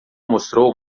mostrou